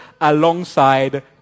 alongside